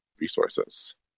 resources